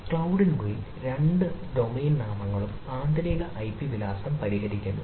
ക്ലൌഡിനുള്ളിൽ രണ്ട് ഡൊമെയ്ൻ നാമങ്ങളും ആന്തരിക ഐപി വിലാസം പരിഹരിക്കുന്നു